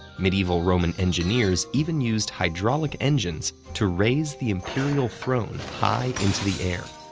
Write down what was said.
medieval roman engineers even used hydraulic engines to raise the imperial throne high into the air.